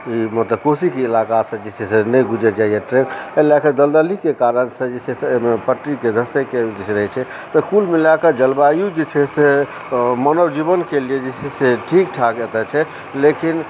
मतलब कोसीके इलाका से जे छै से नहि गुजरि जाइ यऽ ट्रेन एहि लए कऽ दलदलीके कारण से जे छै से एहिमे पटरीके धँसयके से जे छै से रहै छै तऽ कुल मिलाकऽ जलवायु जे छै से मानव जीवनके लेल जे छै से ठीक ठाक एतय छै लेकिन